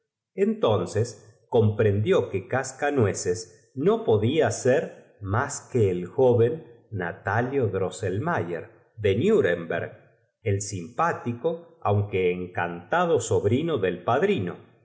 entonces comprendió que cascanuece s no podfa ser más que el joven natalio drosselmay er de nuel tío y el sobrino remberg el simpático aunque encan tado sobrino del padrino